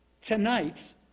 tonight